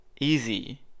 Easy